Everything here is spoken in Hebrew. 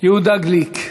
יהודה גליק,